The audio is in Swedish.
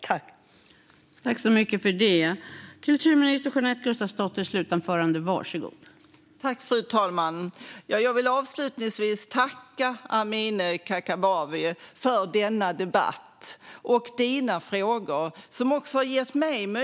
Tack än en gång!